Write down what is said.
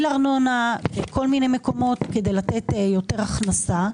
ארנונה בכל מיני מקומות כדי לתת יותר הכנסה,